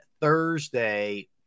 Thursday